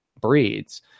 breeds